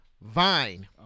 Vine